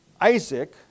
Isaac